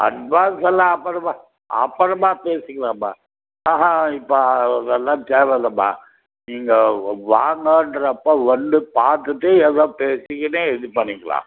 அட்வான்ஸல்லாம் அப்புறமா அப்புறமா பேசிக்கலாம்மா ஆஹ இப்போ அதெல்லாம் தேவை இல்லைம்மா நீங்கள் வாங்கன்றப்போ வந்து பார்த்துட்டு எவ்வளோ பேசிக்கின்னே இது பண்ணிக்கலாம்